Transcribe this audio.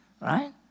right